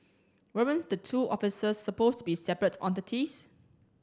weren't the two offices supposed to be separate entities